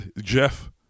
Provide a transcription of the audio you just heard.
Jeff